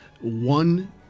one